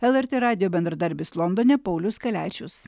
lrt radijo bendradarbis londone paulius kaliačius